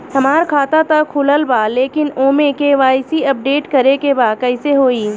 हमार खाता ता खुलल बा लेकिन ओमे के.वाइ.सी अपडेट करे के बा कइसे होई?